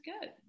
good